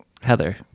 heather